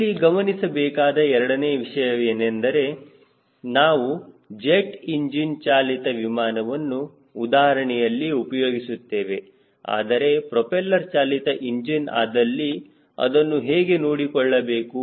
ಇಲ್ಲಿ ಗಮನಿಸಬೇಕಾದ ಎರಡನೇ ವಿಷಯವೇನೆಂದರೆ ನಾವು ಜೆಟ್ ಇಂಜಿನ್ ಚಾಲಿತ ವಿಮಾನವನ್ನು ಉದಾಹರಣೆಯಲ್ಲಿ ಉಪಯೋಗಿಸುತ್ತೇವೆ ಆದರೆ ಪ್ರೋಪೆಲ್ಲರ್ ಚಾಲಿತ ಇಂಜಿನ್ ಆದಲ್ಲಿ ಅದನ್ನು ಹೇಗೆ ನೋಡಿಕೊಳ್ಳಬೇಕು